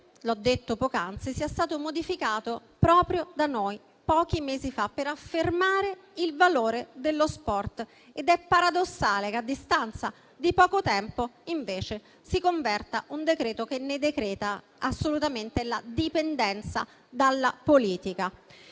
l'ho detto poc'anzi - è stato modificato proprio da noi pochi mesi fa per affermare il valore dello sport. È paradossale, pertanto, che a distanza di poco tempo si converta un decreto che ne decreta assolutamente la dipendenza dalla politica.